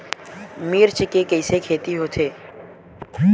मिर्च के कइसे खेती होथे?